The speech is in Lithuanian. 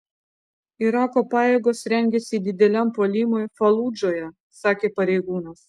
irako pajėgos rengiasi dideliam puolimui faludžoje sakė pareigūnas